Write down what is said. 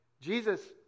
Jesus